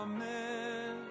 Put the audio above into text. Amen